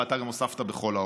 ואתה גם הוספת: בכל העולם.